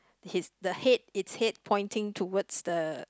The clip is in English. his the head its head pointing towards the